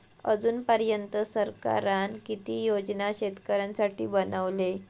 अजून पर्यंत सरकारान किती योजना शेतकऱ्यांसाठी बनवले?